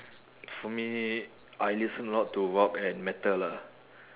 for me I listen a lot to rock and metal ah